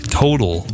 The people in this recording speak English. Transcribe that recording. total